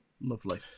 Lovely